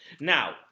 Now